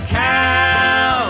cow